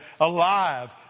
alive